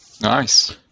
nice